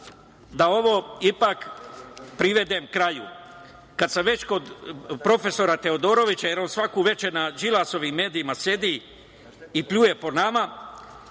da ovo ipak privedem kraju. Kada sam već kod profesora Teodorovića, jer on svako veče na Đilasovim medijima sedi i pljuje po nama